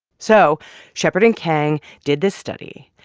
so shepherd and kang did this study.